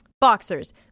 boxers